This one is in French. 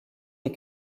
les